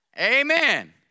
Amen